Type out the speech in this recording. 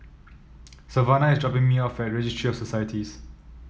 Savannah is dropping me off at Registry of Societies